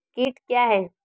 कीट क्या है?